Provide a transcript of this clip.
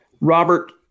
Robert